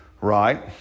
right